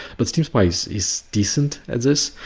but steam spy is is decent at this.